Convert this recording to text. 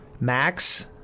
max